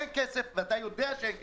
אין כסף ואתה יודע שאין כסף,